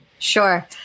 Sure